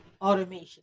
automation